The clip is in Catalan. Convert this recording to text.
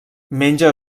menja